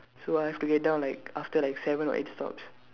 so I've to get down like after like seven or eight stops